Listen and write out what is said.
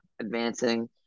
advancing